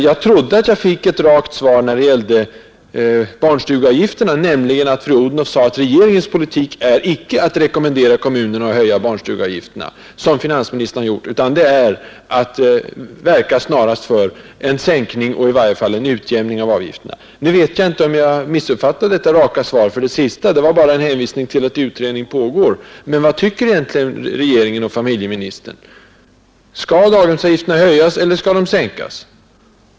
Jag trodde att jag fick ett rakt svar av fru Odhnoff när det gällde barnstugeavgifterna, nämligen att regeringens politik icke är att rekommendera kommunerna att höja barnstugeavgifterna, som finansministern har gjort, utan att snarast verka för en sänkning och i varje fall en utjämning av avgifterna. Nu vet jag inte om jag missuppfattade detta raka svar, för nu hänvisar fru Odhnoff till att utredning pågår. Men vad tycker egentligen regeringen och familjeministern? Skall daghemsavgifterna höjas eller skall de sänkas?